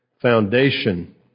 foundation